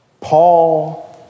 Paul